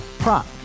Prop